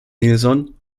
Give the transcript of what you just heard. nielson